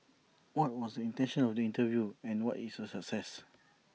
what was intention of the interview and was IT A success